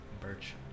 birch